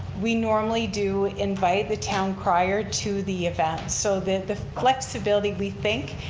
we normally do invite the town crier to the event so that the flexibility, we think,